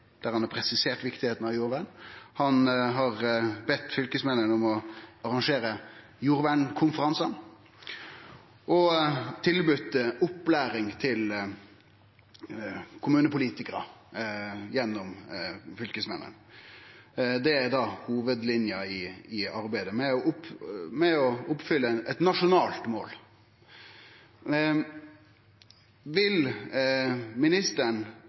der han har presisert viktigheita av jordvern. Han har bedt fylkesmennene om å arrangere jordvernkonferansar og tilbode opplæring til kommunepolitikarar gjennom fylkesmennene. Det er da hovudlinja i arbeidet med å oppfylle eit nasjonalt mål. Vil ministeren